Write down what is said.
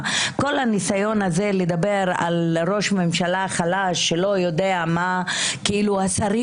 כל הניסיון לדבר על ראש ממשלה חלש שכאילו השרים